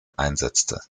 einsetzte